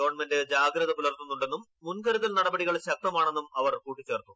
government ജാഗ്രത പുലർത്തുന്നുണ്ടെന്നും മൻകരുതൽ നടപടികൾ് ശക്തമാണെന്നും അവർ കൂട്ടിച്ചേർത്തു